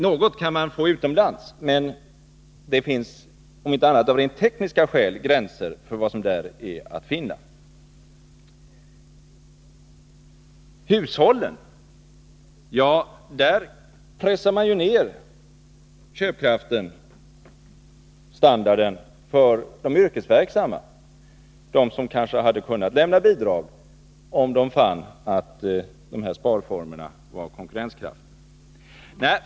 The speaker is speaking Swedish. Något kan man få utomlands, men det finns, om Fredagen den inte annat av rent tekniska skäl, gränser för vad som där står att finna. När det 26 november 1982 gäller hushållen pressar man ju där ner köpkraften och standarden för de yrkesverksamma, de som kanske hade kunnat lämna bidrag, om de fann att de här sparformerna var konkurrenskraftiga.